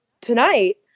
tonight